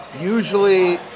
usually